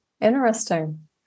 Interesting